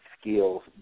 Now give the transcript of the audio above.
skills